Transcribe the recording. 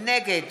נגד